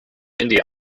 india